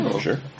Sure